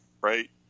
right